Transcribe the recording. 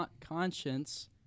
conscience